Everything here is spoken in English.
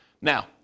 Now